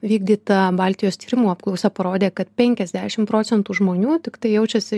vykdyta baltijos tyrimų apklausa parodė kad penkiasdešim procentų žmonių tiktai jaučiasi